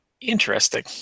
Interesting